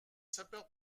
sapeurs